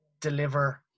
deliver